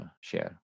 share